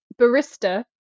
Barista